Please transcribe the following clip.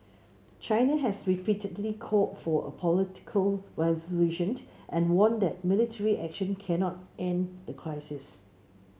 China has repeatedly called for a political resolution and warned that military action cannot end the crisis